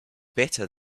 better